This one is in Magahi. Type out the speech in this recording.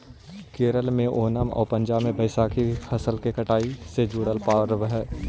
केरल में ओनम आउ पंजाब में बैसाखी भी फसल के कटाई से जुड़ल पर्व हइ